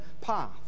path